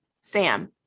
Sam